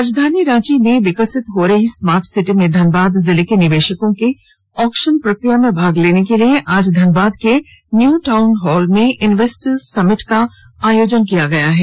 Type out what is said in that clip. राजधानी रांची में विकसित हो रही स्मार्ट सिटी में धनबाद जिले के निवेशकों के ऑक्शन प्रक्रिया में भाग लेने के लिए आज धनबाद के न्यू टाउन हॉल में इनवेस्टर समिट का आयोजन किया गया है